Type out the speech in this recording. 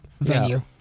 venue